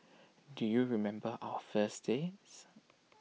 do you remember our first dates